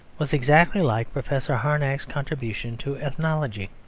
was exactly like professor harnack's contribution to ethnology.